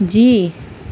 جی